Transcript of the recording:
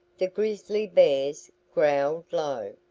the grizzly bears growled low.